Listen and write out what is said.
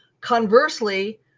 Conversely